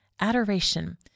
Adoration